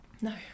No